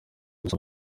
gusa